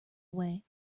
away